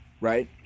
Right